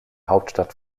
hauptstadt